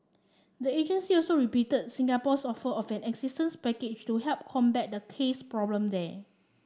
the agency also repeated Singapore's offer of an assistance package to help combat the case problem there